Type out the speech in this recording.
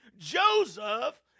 Joseph